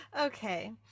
okay